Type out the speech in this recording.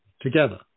together